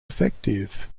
effective